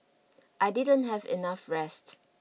I didn't have enough rest